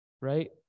right